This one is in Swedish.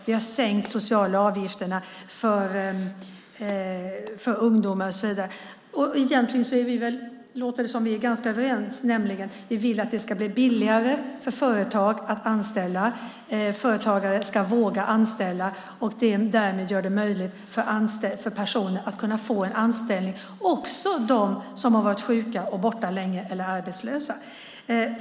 Vi har sänkt de sociala avgifterna för ungdomar och så vidare. Det låter som om vi är ganska överens egentligen. Vi vill att det ska bli billigare för företag att anställa. Företagare ska våga anställa och därmed göra det möjligt för personer att få en anställning, och det gäller också dem som har varit sjuka eller arbetslösa och borta länge.